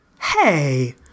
Hey